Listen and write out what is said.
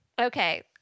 Okay